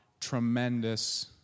tremendous